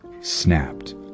snapped